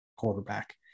quarterback